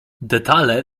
detale